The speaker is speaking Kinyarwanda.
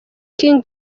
king